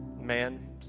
man